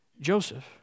Joseph